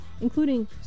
including